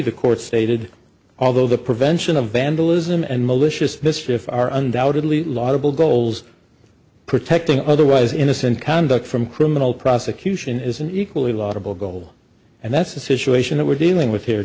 the court stated although the prevention of vandalism and malicious mischief are undoubtedly a lot of bull goals protecting otherwise innocent conduct from criminal prosecution is an equally laudable goal and that's the situation that we're dealing with here